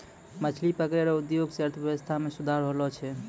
मछली पकड़ै रो उद्योग से अर्थव्यबस्था मे सुधार होलो छै